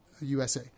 USA